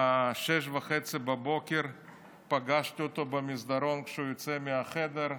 ב-06:30 פגשתי אותו במסדרון כשהוא יוצא מהחדר,